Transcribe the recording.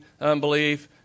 unbelief